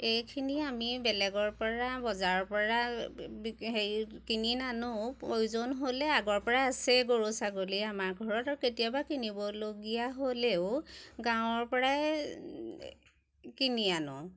এইখিনি আমি বেলেগৰ পৰা বজাৰৰ পৰা হেৰি কিনি নানো প্ৰয়োজন হ'লে আগৰ পৰা আছে গৰু ছাগলী আমাৰ ঘৰত আৰু কেতিয়াবা কিনিবলগীয়া হ'লেও গাঁৱৰ পৰাই কিনি আনো